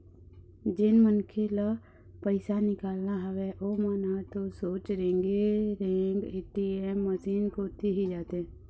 जेन मनखे ल पइसा निकालना हवय ओमन ह तो सोझ रेंगे रेंग ए.टी.एम मसीन कोती ही जाथे